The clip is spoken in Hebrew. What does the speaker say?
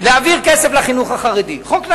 להעביר כסף לחינוך החרדי, חוק נהרי.